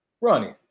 Ronnie